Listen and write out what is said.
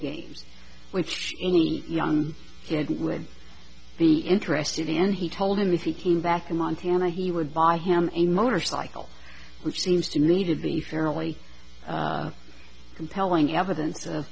games which any young kid would be interested in and he told him if he came back in montana he would buy him a motorcycle which seems to lead to being fairly compelling evidence